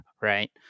right